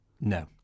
No